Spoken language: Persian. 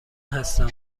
هستم